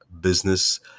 business